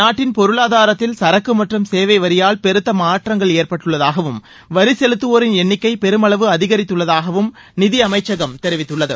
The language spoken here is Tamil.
நாட்டின் பொருளாதாரத்தில் சரக்கு மற்றும் சேவை வரியால் பெருத்த மாற்றங்கள் ஏற்பட்டுள்ளதாகவும் வரி செலுத்துவோரின் எண்ணிக்கை பெருமளவு அதிகரித்துள்ளதாகவும் நிதி அமைச்சகம் தெரிவித்துள்ளது